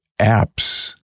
apps